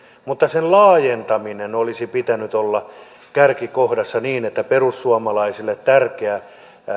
mutta sen laajentamisen olisi pitänyt olla kärkikohdassa niin että perussuomalaisille tärkeä